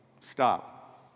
Stop